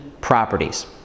properties